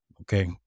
Okay